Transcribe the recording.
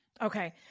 Okay